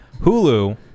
Hulu